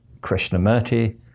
Krishnamurti